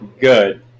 good